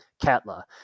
Katla